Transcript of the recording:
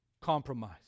compromise